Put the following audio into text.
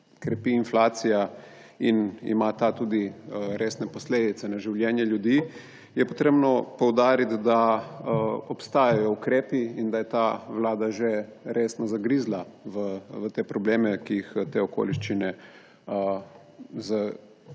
krepi inflacija, ki ima tudi resne posledice na življenje ljudi, je treba poudariti, da obstajajo ukrepi in da je ta vlada že resno zagrizla v te probleme, ki jih te okoliščine z